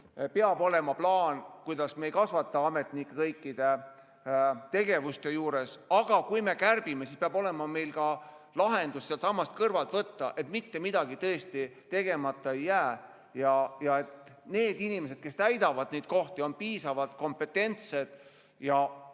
peab olema plaan, kuidas me ei kasvata ametnike [arvu] kõikide tegevuste juures –, aga kui me kärbime, siis peab olema ka lahendus sealtsamast kõrvalt võtta, et mitte midagi tõesti tegemata ei jää ja et inimesed, kes täidavad neid kohti, on piisavalt kompetentsed ja